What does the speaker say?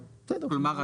כלומר,